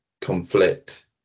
conflict